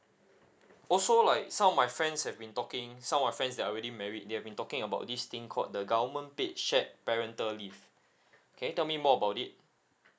also like some of my friends have been talking some of friends that are already married they've been talking about this thing called the government paid shared parental leave can you tell me more about it